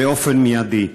באופן מיידי.